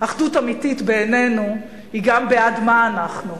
אחדות אמיתית בעינינו היא גם בעד מה אנחנו,